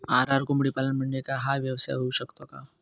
RR कोंबडीपालन म्हणजे काय? हा व्यवसाय होऊ शकतो का?